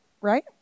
Right